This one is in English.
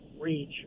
reach